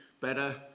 better